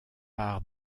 par